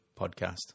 podcast